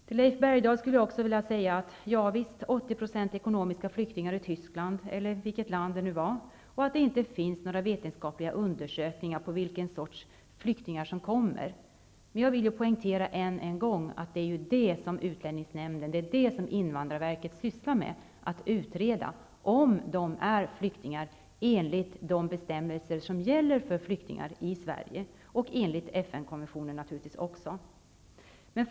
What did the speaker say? Till Leif Bergdahl skulle jag vilja säga följande: Javisst, det handlar om 80 % ekonomiska flyktingar i, om jag minns rätt, Tyskland. Vidare finns det inte några vetenskapliga undersökningar av vilken sorts flyktingar det är som kommer hit. Ännu en gång vill jag poängtera att det som utlänningsnämnden och invandrarverket utreder är just vilka som är flyktingar enligt de bestämmelser som gäller för flyktingar i Sverige och naturligtvis också enligt FN-konventionen.